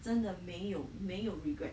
真的没有没有 regret